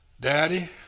Daddy